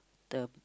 the